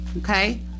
okay